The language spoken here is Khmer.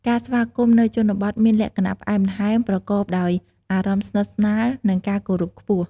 ការស្វាគមន៍នៅជនបទមានលក្ខណៈផ្អែមល្ហែម ប្រកបដោយអារម្មណ៍ស្និទ្ធស្នាល និងការគោរពខ្ពស់។